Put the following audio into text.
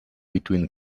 between